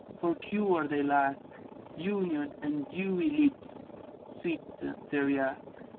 for cure they lack union and dewy lips' sweet theriack.